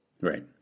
Right